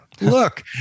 look